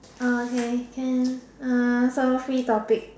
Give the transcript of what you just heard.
uh okay can uh so free topic